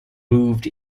moved